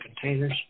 containers